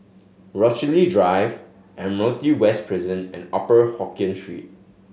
Rochalie Drive Admiralty West Prison and Upper Hokkien Street